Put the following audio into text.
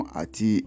ati